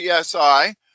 PSI